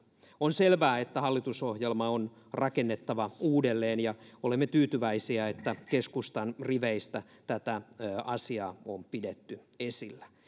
on selvää että hallitusohjelma on rakennettava uudelleen ja olemme tyytyväisiä että keskustan riveistä tätä asiaa on pidetty esillä